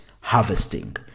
harvesting